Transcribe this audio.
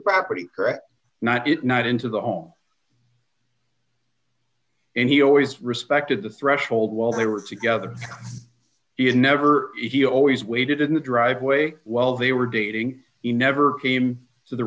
property correct not it not into the home and he always respected the threshold while they were together he had never he always waited in the driveway while they were dating he never came to the